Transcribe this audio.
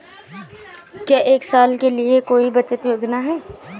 क्या एक साल के लिए कोई बचत योजना है?